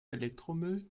elektromüll